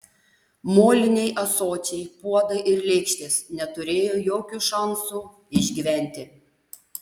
moliniai ąsočiai puodai ir lėkštės neturėjo jokių šansų išgyventi